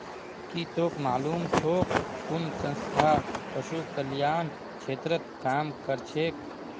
की तोक मालूम छोक कुन संस्था पशु कल्याण क्षेत्रत काम करछेक